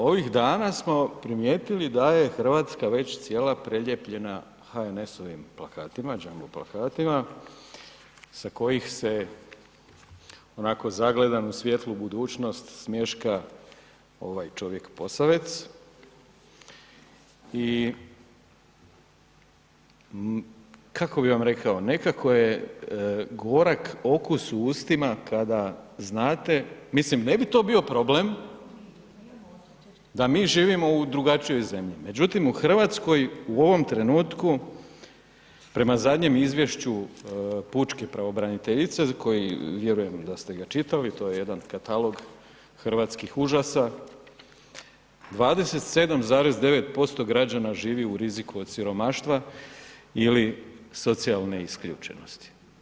Ovih dana smo primijetili da je Hrvatska već cijela prelijepljena HNS-ovim plakatima, jumbo plakatima sa kojih se onako zagledan u svijetlu budućnost smješka ovaj čovjek Posavec i kako bi vam rekao nekako je gorak okus u ustima kada znate, mislim ne bi to bio problem da mi živimo u drugačijoj zemlji, međutim u Hrvatskoj u ovom trenutku prema zadnjem izvješću pučke pravobraniteljice koji vjerujem da ste ga čitali, to je jedan katalog hrvatskih užasa, 27,9% građana živi u riziku od siromaštva ili socijalne isključenosti.